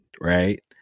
right